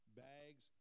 bags